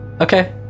Okay